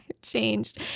changed